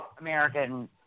American